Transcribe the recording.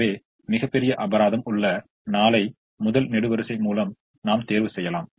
எனவே மிகப்பெரிய அபராதம் உள்ள 4 ஐ முதல் நெடுவரிசை மூலம் நாம் தேர்வு செய்யலாம்